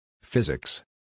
Physics